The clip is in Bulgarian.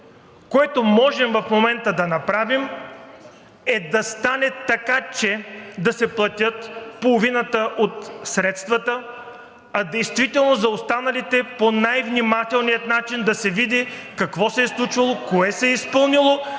което можем в момента да направим, е да стане така, че да се платят половината от средствата, а действително за останалите по най-внимателния начин да се види какво се е случвало, кое се е изпълнило,